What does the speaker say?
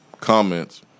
comments